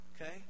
okay